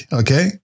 okay